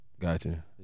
Gotcha